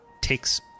takes